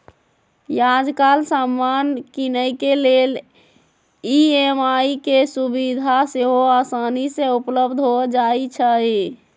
याजकाल समान किनेके लेल ई.एम.आई के सुभिधा सेहो असानी से उपलब्ध हो जाइ छइ